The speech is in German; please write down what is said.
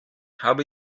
habe